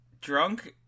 drunk